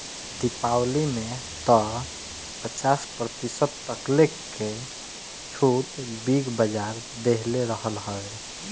दीपावली में तअ पचास प्रतिशत तकले कअ छुट बिग बाजार देहले रहल हवे